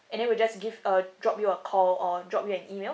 and then we just give a drop you a call or drop you an email